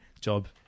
job